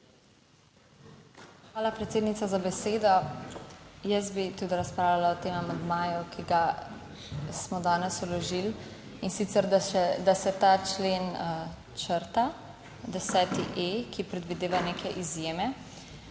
Hvala predsednica za besedo. Jaz bi tudi razpravljala o tem amandmaju, ki ga smo danes vložili. In sicer, da se ta člen črta, 10.e, ki predvideva neke izjeme